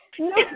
No